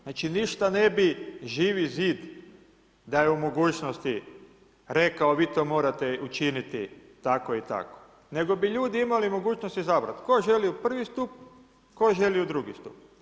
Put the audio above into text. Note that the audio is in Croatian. Znači ništa ne bi Živi zid da je u mogućnosti rekao vi to morate učiniti tako i tako, nego bi ljudi imali mogućnost izabrati, tko želi u prvi stup, tko želi u drugi stup.